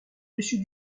dessus